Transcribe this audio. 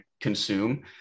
consume